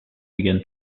began